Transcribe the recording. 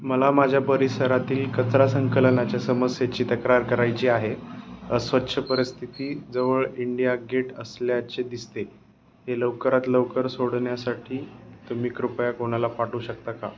मला माझ्या परिसरातील कचरा संकलनाच्या समस्येची तक्रार करायची आहे अस्वच्छ परिस्थिती जवळ इंडिया गेट असल्याचे दिसते हे लवकरात लवकर सोडवण्यासाठी तुम्ही कृपया कोणाला पाठवू शकता का